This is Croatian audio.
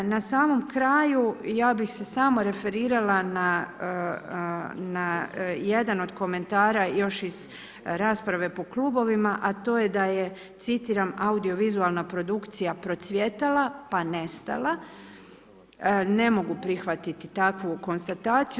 Na samom kraju ja bih se samo referirala na jedan od komentara još iz rasprave po klubovima, a to je da je citiram „Audiovizualna produkcija procvjetala pa nestala“ ne mogu prihvatiti takvu konstataciju.